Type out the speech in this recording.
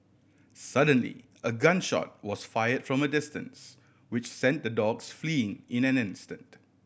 suddenly a gun shot was fire from a distance which sent the dogs fleeing in an instant